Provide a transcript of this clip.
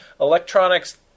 electronics